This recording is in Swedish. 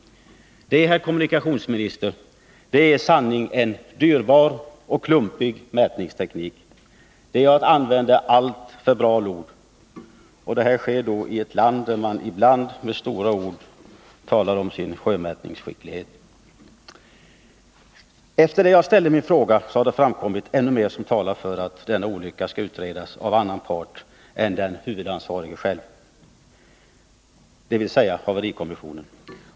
Det är, herr kommunikationsminister, i sanning en dyrbar och klumpig mätningsteknik. Det är att använda alltför bra lod — och detta har skett i ett land där man ibland med stora ord talar om sin sjömätningsskicklighet. Efter det att jag ställde min fråga har det framkommit ännu mer som talar för att denna olycka skall utredas av annan part än den huvudansvarige själv, dvs. haverikommissionen.